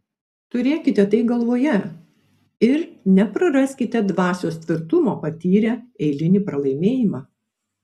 turėkite tai galvoje ir nepraraskite dvasios tvirtumo patyrę eilinį pralaimėjimą